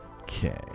Okay